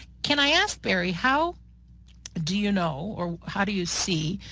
can i ask, barry, how do you know or how do you see,